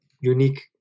unique